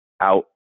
out